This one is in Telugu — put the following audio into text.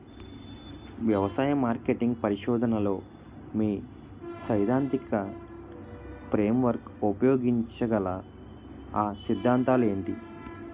వ్యవసాయ మార్కెటింగ్ పరిశోధనలో మీ సైదాంతిక ఫ్రేమ్వర్క్ ఉపయోగించగల అ సిద్ధాంతాలు ఏంటి?